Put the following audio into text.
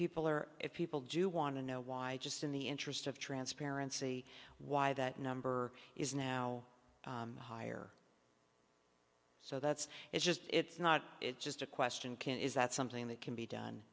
people or if people do want to know why i just in the interest of transparency why that number is now higher so that's it's just it's not it's just a question can is that something that can be done